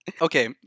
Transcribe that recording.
Okay